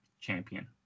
champion